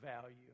value